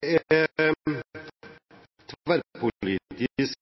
er tverrpolitisk